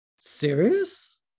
serious